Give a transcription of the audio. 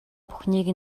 бүхнийг